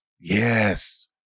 Yes